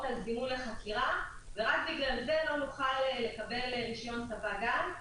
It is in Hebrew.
על זימון לחקירה לא נוכל לקבל רישיון ספק גז.